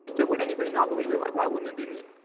dude, would anybody not believe it? like, why wouldn't it be me?